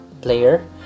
player